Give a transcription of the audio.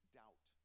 doubt